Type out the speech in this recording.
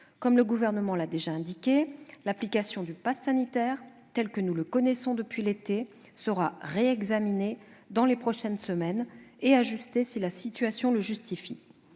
Comme le Gouvernement l'a déjà indiqué, l'application du passe sanitaire tel que nous le connaissons depuis l'été sera réexaminée dans les prochaines semaines, et ajustée si la situation le justifie.